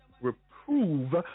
Reprove